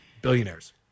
billionaires